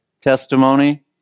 testimony